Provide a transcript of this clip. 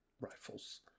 rifles